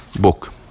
book